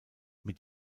mit